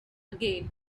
again